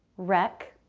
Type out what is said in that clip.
wreck,